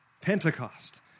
Pentecost